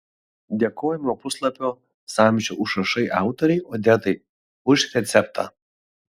dėkojame puslapio samčio užrašai autorei odetai už receptą